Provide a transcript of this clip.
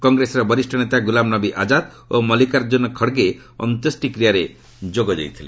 କଂଗ୍ରେସର ବରିଷ ନେତା ଗୁଲାମନବୀ ଆକାଦ୍ ଓ ମଲ୍ଲିକାର୍ଜୁନ ଖଡ଼ଗେ ଅନ୍ତେଷ୍ଟିକ୍ରୀୟାରେ ଯୋଗ ଦେଇଥିଲେ